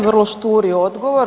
Vrlo šturi odgovor.